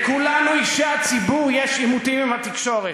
לכולנו, אישי הציבור, יש עימותים עם התקשורת,